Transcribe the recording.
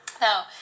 now